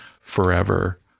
forever